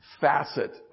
facet